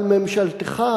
אבל ממשלתך,